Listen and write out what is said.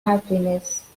happiness